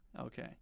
Okay